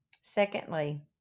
Secondly